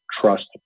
trust